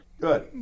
Good